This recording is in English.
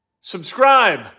Subscribe